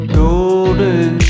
golden